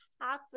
half